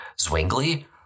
Zwingli